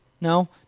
No